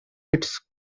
its